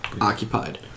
occupied